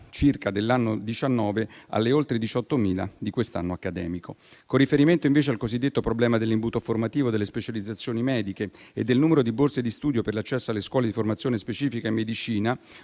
circa dell'anno 2019 alle oltre 18.000 di quest'anno accademico. Con riferimento, invece, al cosiddetto problema dell'imbuto formativo, delle specializzazioni mediche e del numero di borse di studio per l'accesso alle scuole di formazione specifica in medicina,